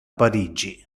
parigi